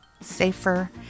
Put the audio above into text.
safer